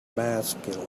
masculine